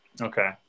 Okay